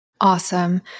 Awesome